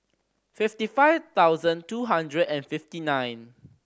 fifty five thousand two hundred and fifty nine